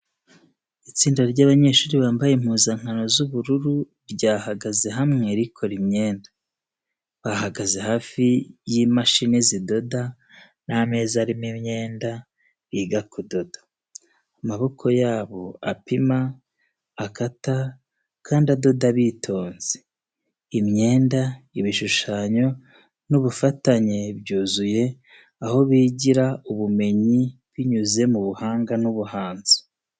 Itsinda ry’abanyeshuri bambaye impuzankano z’ubururu ryahagaze hamwe rikora imyenda. Bahagaze hafi y’imashini zidoda n’ameza arimo imyenda, biga kudoda. Amaboko yabo apima, akata, kandi adoda bitonze. Imyenda, ibishushanyo n’ubufatanye byuzuye aho bigirira ubumenyi binyuze mu buhanga n’ubuhanzi.